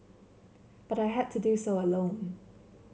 but I had to do so alone